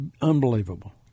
unbelievable